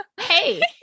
hey